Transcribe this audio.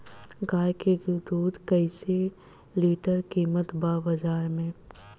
गाय के दूध कइसे लीटर कीमत बा बाज़ार मे?